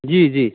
जी जी